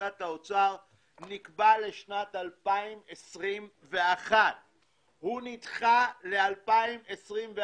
נקבעה לשנת 2021. היא נדחתה ל-2024,